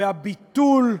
והביטול,